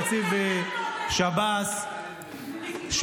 נציב שב"ס,